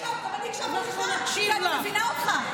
גם אני הקשבתי לך, כי אני מבינה אותך.